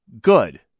good